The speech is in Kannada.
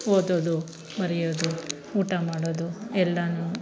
ಓದೋದು ಬರಿಯೋದು ಊಟ ಮಾಡೋದು ಎಲ್ಲಾ